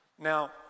Now